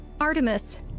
Artemis